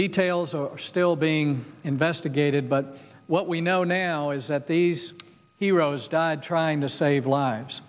details are still being investigated but what we know now is that these heroes died trying to save lives